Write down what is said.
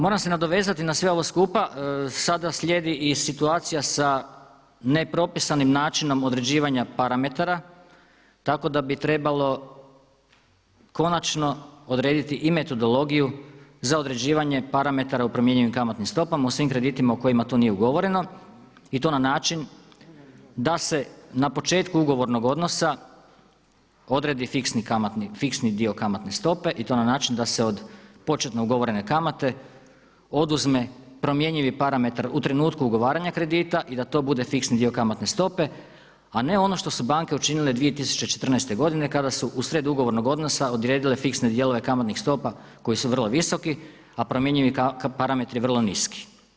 Moram se nadovezati na sve ovo skupa, sada slijedi i situacija sa nepropisanim načinom određivanja parametara tako da bi trebalo konačno odrediti i metodologiju za određivanje parametara u promjenjivim kamatnim stopama u svim kreditima u kojima to nije ugovoreno i to na način da se na početku ugovornog odnosa odredi fiksni dio kamatne stope i to na način da se od početno ugovorene kamate oduzme promjenjivi parametar u trenutku ugovaranja kredita i da to bude fiksni dio kamatne stope, a ne ono što su banke učinile 2014. godine kada su usred ugovornog odnosa odredile fiksne dijelove kamatnih stopa koji su vrlo visoki, a promjenjivi parametri vrlo niski.